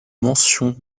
mention